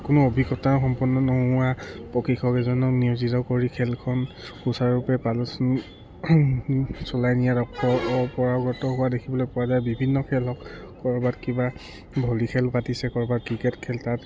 কোনো অভিজ্ঞতা সম্পন্ন নোহোৱা প্ৰশিক্ষক এজনক নিয়োজিত কৰি খেলখন সুচাৰুৰূপে পালোচন চলাই নিয়াৰ অপৰাগত হোৱা দেখিবলৈ পোৱা যায় বিভিন্ন খেল হওক ক'ৰবাত কিবা ভলী খেল পাতিছে ক'ৰবাত ক্ৰিকেট খেল তাত